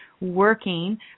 Working